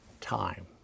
time